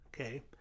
okay